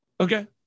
Okay